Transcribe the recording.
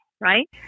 Right